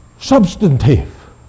substantive